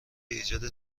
ایجاد